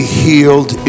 healed